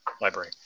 library